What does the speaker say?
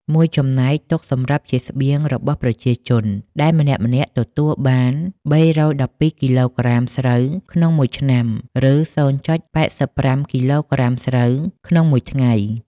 មួយចំណែក ទុកសម្រាប់ជាស្បៀងរបស់ប្រជាជនដែលម្នាក់ៗទទួល បាន៣១២គីឡូក្រាមស្រូវក្នុងមួយឆ្នាំ ឬ០,៨៥ គីឡូក្រាមស្រូវក្នុង មួយថ្ងៃ។